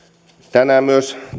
tänään myös